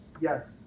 Yes